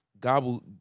gobble